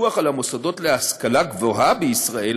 הפיקוח על המוסדות להשכלה גבוהה בישראל